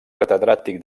catedràtic